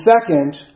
second